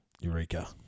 Eureka